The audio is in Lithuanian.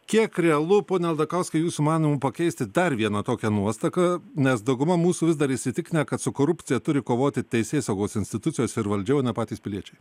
kiek realu pone aldakauskai jūsų manymu pakeisti dar viena tokia nuostatą nes dauguma mūsų vis dar įsitikinę kad su korupcija turi kovoti teisėsaugos institucijos ir valdžia o ne patys piliečiai